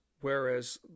whereas